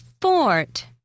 fort